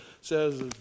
says